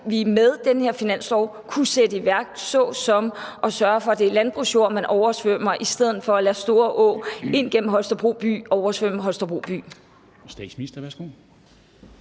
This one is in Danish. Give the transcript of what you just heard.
vi med den her finanslov kunne sætte i værk såsom at sørge for, at det er landbrugsjord, man oversvømmer, i stedet for at lade Storå, der løber ind gennem Holstebro by, oversvømme Holstebro by.